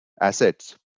assets